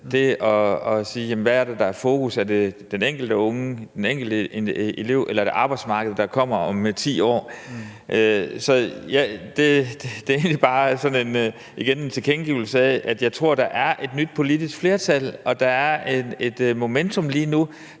til dannelse, hvad der er fokus på – er det den enkelte unge, den enkelte elev, eller er det arbejdsmarkedet om 10 år? Det er egentlig bare igen sådan en tilkendegivelse af, at jeg tror, at der er et nyt politisk flertal, og at der er et momentum lige nu